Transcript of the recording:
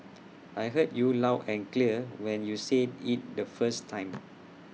I heard you loud and clear when you said IT the first time